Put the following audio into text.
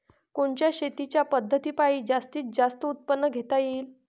कोनच्या शेतीच्या पद्धतीपायी जास्तीत जास्त उत्पादन घेता येईल?